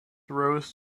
rose